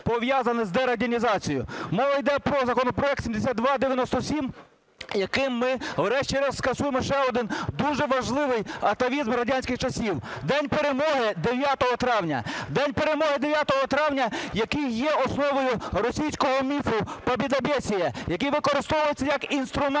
День Перемоги 9 травня, який є основою російського міфу побєдобєсія, який використовується як інструмент